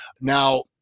Now